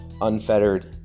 unfettered